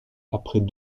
après